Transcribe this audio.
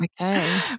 Okay